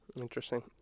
Interesting